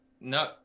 no